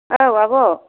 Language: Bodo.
औ आब'